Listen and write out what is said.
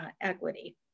equity